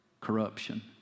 corruption